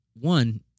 one